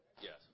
Yes